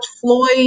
Floyd